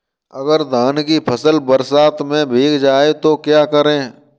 अगर धान की फसल बरसात में भीग जाए तो क्या करें?